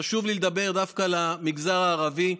חשוב לי לדבר דווקא למגזר הערבי,